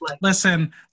Listen